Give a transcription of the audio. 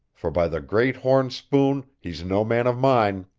for by the great horn spoon, he's no man of mine.